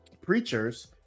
preachers